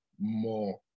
more